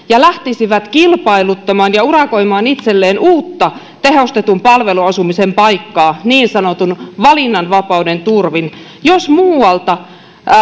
ja lähtisivät kilpailuttamaan ja urakoimaan itselleen uutta tehostetun palveluasumisen paikkaa niin sanotun valinnanvapauden turvin jos muualta